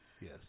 Yes